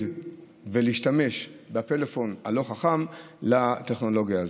ולהשתמש בטלפון הלא-חכם בטכנולוגיה הזו.